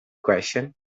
question